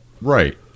Right